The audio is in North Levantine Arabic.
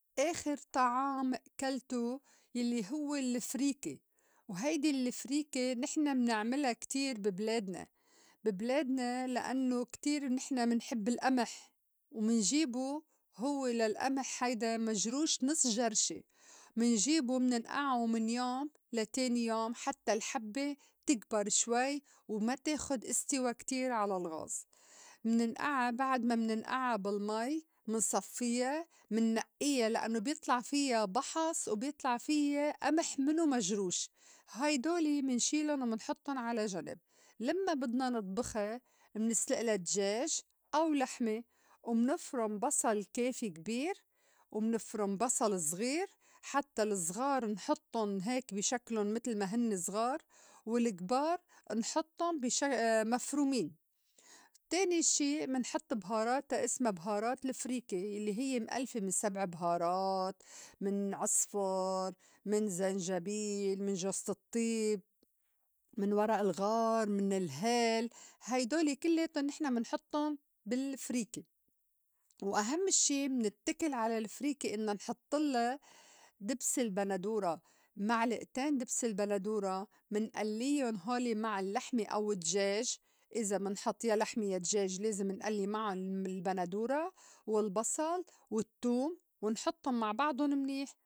آخر طعام أكلتو يلّي هوّ الفريكة هيدي الفريكة نحن منعملا كتير بي بلادنا بي بلادنا لإنّو كتير نحن منحب الئمح ومنجيبو هوّ للئمح هيدا مجروش نص جرشي، منجيبو مننئعو من يوم لتاني يوم حتّى الحبّة تكبر شوي وما تاخُد إستوى كتير على الغاز. مننئعة بعد ما ننئعة بالمي، منصفّيا، منّئيا لإنّو بيطلع فيّا بحص، وبيطلع فيّا ئمح مِنو مجروش هيدولي منشيلُن ومنحطّن على جنب، لمّا بدنا نطبخا منسلئلا دجاج أو لحمة، ومنفرُم بصل كافي كبير ومنفرُم بصل زغير حتّى الزغار نحطّن هيك بي شكْلُن متل ما هنّي زغار والكبار نحطّن بي شا مفرومين، تاني شي منحط بهاراتا إسما بهارات لفريكة يلّي هيّ مألّفة من سبع بهارات، من عُصْفُر، من زنجبيل، من جوزة الطّيب، من ورء الغار، من الهال، هيدول كلّاياتُن نحن منحطُّن بالفريكة وأهمّ شي منتّكل على الفريكة إنّا نحطلّا دبس البندورة معلئتين دبس البندورة مِنألّيون هول مع اللّحمة أو الدجاج إذا منحط يا لحمة يا دجاج لازم نألّي معُن من البندورة والبصل والتّوم ونحطُّن مع بعضن منيح.